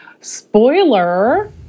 Spoiler